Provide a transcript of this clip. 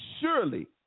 Surely